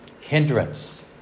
hindrance